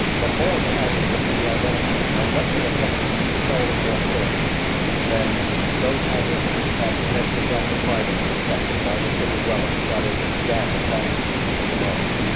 but all of the hazards that can be identified are much more subject to control at their source than those hazards which have meant the death of miners accepted by the city dweller who got his gas and light from the mines.